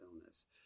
illness